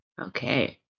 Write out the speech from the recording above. Okay